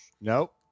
Nope